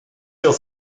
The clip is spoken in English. hill